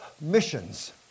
missions